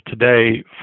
today